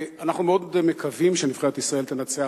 אנחנו מאוד מקווים שנבחרת ישראל תנצח.